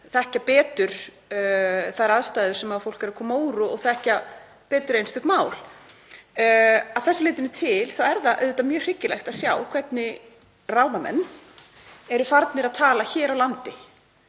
þekkja betur þær aðstæður sem fólk er að koma úr og einstök mál. Að þessu leytinu til er það auðvitað mjög hryggilegt að heyra hvernig ráðamenn eru farnir að tala hér á landi.